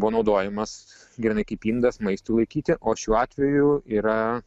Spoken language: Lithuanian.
buvo naudojamas grynai kaip indas maistui laikyti o šiuo atveju yra